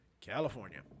California